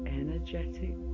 energetic